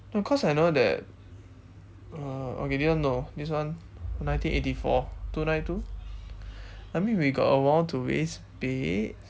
no cause I know that uh okay this one no this one nineteen eighty four two nine two I mean we got a while to waste babe